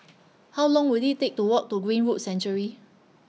How Long Will IT Take to Walk to Greenwood Sanctuary